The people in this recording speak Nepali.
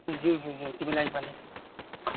ज्यू ज्यू ज्यू तिमीलाई पनि